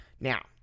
Now